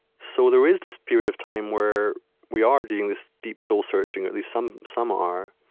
so there is this period of time where we are doing this deep soul-searching at least, some some are